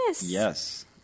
Yes